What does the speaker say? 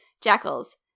jackals